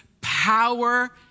power